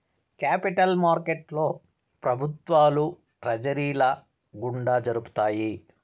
capital మార్కెట్లో ప్రభుత్వాలు ట్రెజరీల గుండా జరుపుతాయి